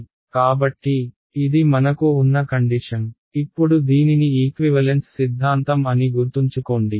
కాబట్టి ఇది మనకు ఉన్న కండిషన్ ఇప్పుడు దీనిని ఈక్వివలెన్స్ సిద్ధాంతం అని గుర్తుంచుకోండి